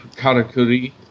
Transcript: Karakuri